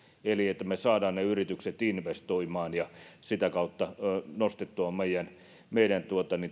eli että saamme yritykset investoimaan ja sitä kautta nostettua meidän